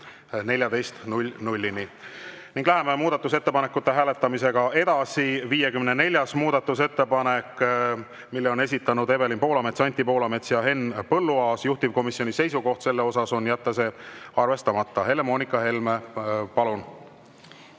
14.00-ni. Läheme muudatusettepanekute hääletamisega edasi. 54. muudatusettepaneku on esitanud Evelin Poolamets, Anti Poolamets ja Henn Põlluaas. Juhtivkomisjoni seisukoht selle kohta on jätta see arvestamata. Helle-Moonika Helme, palun!